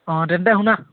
অঁ তেন্তে শুনা